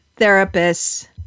therapists